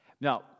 now